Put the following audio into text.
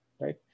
right